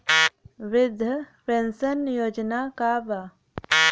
वृद्ध पेंशन योजना का बा?